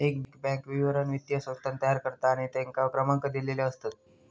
एक बॅन्क विवरण वित्तीय संस्थान तयार करता आणि तेंका क्रमांक दिलेले असतत